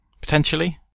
potentially